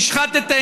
מושחתים,